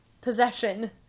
Possession